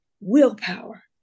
willpower